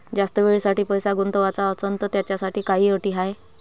जास्त वेळेसाठी पैसा गुंतवाचा असनं त त्याच्यासाठी काही अटी हाय?